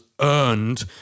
earned